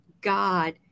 God